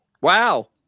Wow